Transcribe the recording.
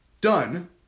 done